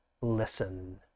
listen